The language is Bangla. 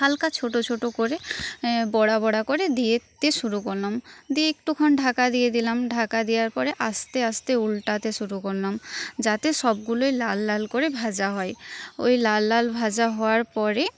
হালকা ছোটো ছোটো করে বড়া বড়া করে দিয়েত্তে শুরু করলাম দিয়ে একটুক্ষণ ঢাকা দিয়ে দিলাম ঢাকা দেওয়ার পরে আস্তে আস্তে উল্টাতে শুরু করলাম যাতে সবগুলোই লাল লাল করে ভাজা হয় ওই লাল লাল ভাজা হওয়ার পরে